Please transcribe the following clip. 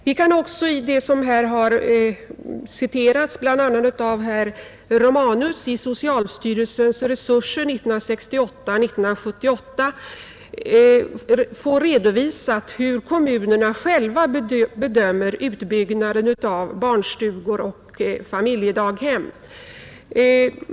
Vi kan också av socialstyrelsens resurser 1968-1975 — som tidigare har citerats här bl.a. av herr Romanus — utläsa hur kommunerna själva bedömer utbyggnaden av barnstugor och familjedaghem.